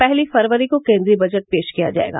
पहली फरवरी को केन्द्रीय बजट पेश किया जायेगा